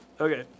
Okay